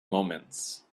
moments